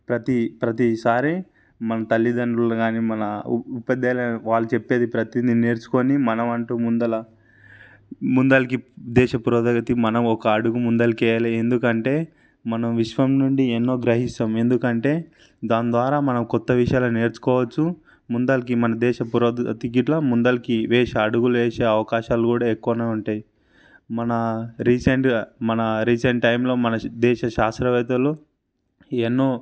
ప్రతి ప్రతిసారి మన తల్లిదండ్రులు కానీ మన ఉ ఉపాధ్యాయులైన వాళ్ళు చెప్పేది ప్రతిదీ నేర్చుకుని మనం అంటూ ముందర ముందరకి దేశ పురోగతికి మనం ఒక అడుగు ముందలకి వెయ్యాలి ఎందుకంటే మనం విశ్వం నుండి ఎన్నో గ్రహిస్తాం ఎందుకంటే దాని ద్వారా మనం కొత్త విషయాలు నేర్చుకోవచ్చు ముందరకి మన దేశ పురోగతి ఇట్ల ముందరకి వేషా అడుగులు వేసే అవకాశాలు కూడా ఎక్కువనే ఉంటాయి మన రీసెంట్గా మన రీసెంట్ టైంలో మన దేశ శాస్త్రవేత్తలు ఎన్నో